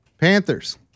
Panthers